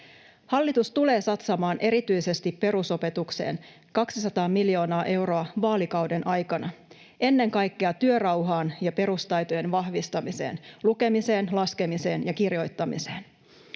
Hallitus tulee satsaamaan erityisesti perusopetukseen 200 miljoonaa euroa vaalikauden aikana ennen kaikkea työrauhaan ja perustaitojen vahvistamiseen: lukemiseen, laskemiseen ja kirjoittamiseen.